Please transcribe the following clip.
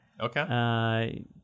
Okay